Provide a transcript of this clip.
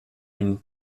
une